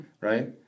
right